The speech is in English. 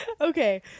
Okay